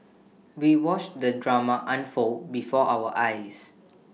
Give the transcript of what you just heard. we watched the drama unfold before our eyes